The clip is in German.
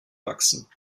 wachsen